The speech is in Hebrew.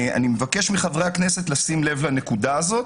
אני מבקש מחברי הכנסת לשים לב לנקודה הזאת.